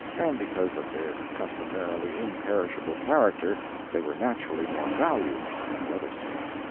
and because of their customarily imperishable character they were naturally more valued than the other sort.